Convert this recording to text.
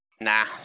Nah